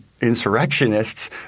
insurrectionists